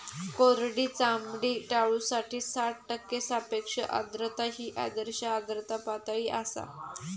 कोरडी चामडी टाळूसाठी साठ टक्के सापेक्ष आर्द्रता ही आदर्श आर्द्रता पातळी आसा